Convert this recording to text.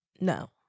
no